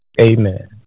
amen